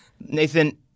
Nathan